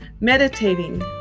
meditating